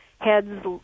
heads